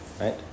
right